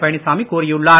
பழனிச்சாமி கூறியுள்ளார்